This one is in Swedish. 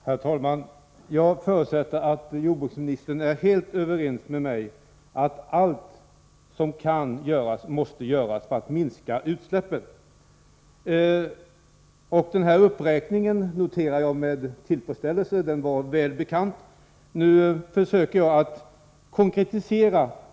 Herr talman! Jag förutsätter att jordbruksministern är helt överens med mig om att allt som kan göras måste göras för att minska utsläppen. Jag noterade med tillfredsställelse uppräkningen — den var välbekant.